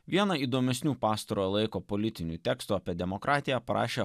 vieną įdomesnių pastarojo laiko politinių tekstų apie demokratiją aprašė